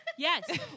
Yes